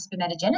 spermatogenesis